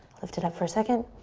lift it up for a second.